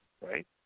right